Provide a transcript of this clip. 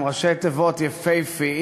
עם ראשי תיבות יפהפיים,